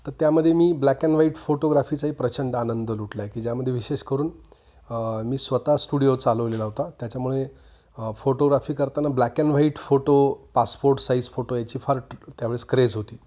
तर त्यामध्ये मी ब्लॅक अँड व्हाईट फोटोग्राफीचाही प्रचंड आनंद लुटला आहे की ज्यामध्ये विशेष करून मी स्वत स्टुडिओ चालवलेला होता त्याच्यामुळे फोटोग्राफी करताना black and white photo passport size photo याची फार त्यावेळेस क्रेज होती